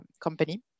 company